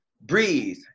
breathe